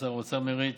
ששר האוצר מריץ.